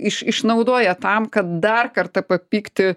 iš išnaudoja tam kad dar kartą papykti